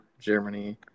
Germany